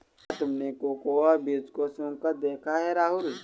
क्या तुमने कोकोआ बीज को सुंघकर देखा है राहुल?